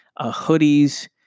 hoodies